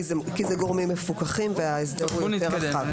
יש עליהם פיקוח כי אלה גורמים מפוקחים וההסדר הוא יותר רחב.